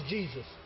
Jesus